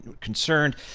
concerned